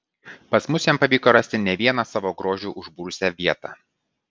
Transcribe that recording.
pas mus jam pavyko rasti ne vieną savo grožiu užbūrusią vietą